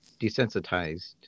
Desensitized